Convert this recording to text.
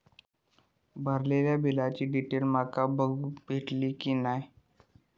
भरलेल्या बिलाची डिटेल माका बघूक मेलटली की नाय?